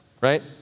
right